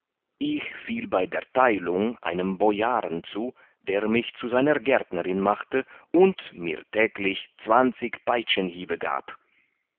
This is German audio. ich fiel bei der theilung einem bojaren zu der mich zu seiner gärtnerin machte und mir täglich zwanzig peitschenhiebe gab